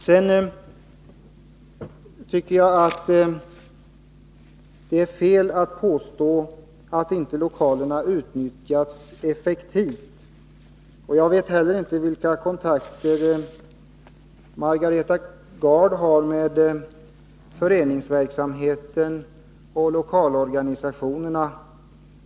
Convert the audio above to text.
Jag tycker att det är fel att påstå att inte lokalerna utnyttjas effektivt. Jag vetinte vilka kontakter Margareta Gard har med föreningsverksamheten och lokalorganisationerna.